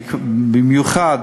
במיוחד